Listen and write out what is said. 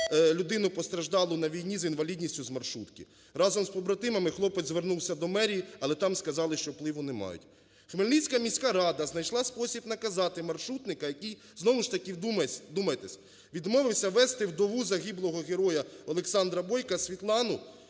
людину, постраждалу на війні, з інвалідністю, з маршрутки. Разом з побратимами хлопець звернувся до мерії, але там сказали, що впливу не мають. Хмельницька міська рада знайшла спосіб наказати маршрутника, який знову ж таки, вдумайтесь, відмовився везти вдову загиблого героя Олександра Бойка Світлану.